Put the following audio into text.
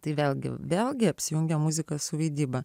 tai vėlgi vėlgi apsijungia muzika su vaidyba